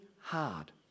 hard